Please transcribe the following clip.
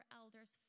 elders